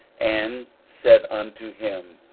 and said unto him,